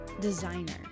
designer